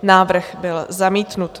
Návrh byl zamítnut.